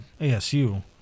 ASU